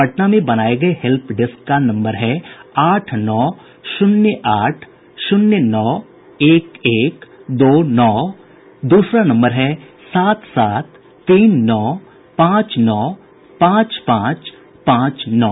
पटना में बनाये गये हेल्प डेस्क का नम्बर है आठ नौ शून्य आठ शून्य नौ एक एक दो नौ दूसरा नम्बर है सात सात तीन नौ पांच नौ पांच पांच पांच नौ